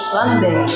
Sunday